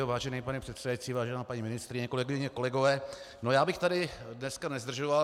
Vážený pane předsedající, vážená paní ministryně, kolegyně, kolegové, já bych tady dneska nezdržoval.